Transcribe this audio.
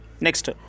Next